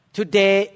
Today